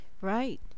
right